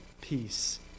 peace